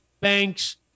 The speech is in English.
banks